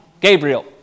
Gabriel